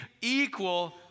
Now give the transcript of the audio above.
equal